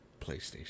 playstation